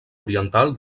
oriental